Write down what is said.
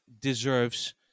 deserves